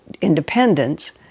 independence